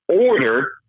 order